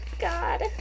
god